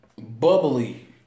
Bubbly